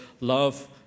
love